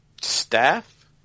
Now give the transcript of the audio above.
staff